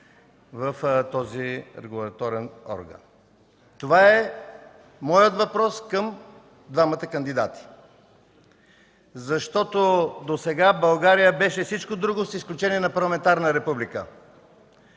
Това е моят въпрос към двамата кандидати. Досега България беше всичко друго освен парламентарна република.